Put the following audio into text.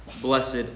blessed